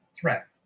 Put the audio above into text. Threat